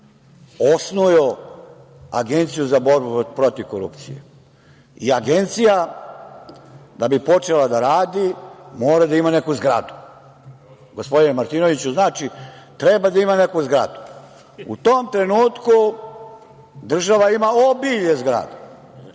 osnuju Agenciju za borbu protiv korupcije. Agencija, da bi počela da radi, mora da ima neku zgradu. Gospodine Martinoviću, znači, treba da ima neku zgradu. U tom trenutku država ima obilje zgrada